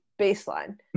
Baseline